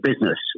business